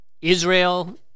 Israel